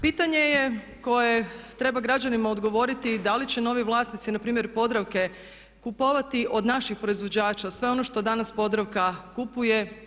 Pitanje je koje treba građanima odgovoriti i da li će novi vlasnici npr. Podravke kupovati od naših proizvođača sve ono što danas Podravka kupuje?